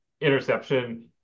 interception